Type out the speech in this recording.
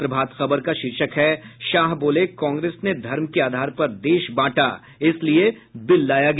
प्रभात खबर का शीर्षक है शाह बोले कांग्रेस ने धर्म के आधार पर देश बांटा इसलिए बिल लाया गया